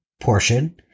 portion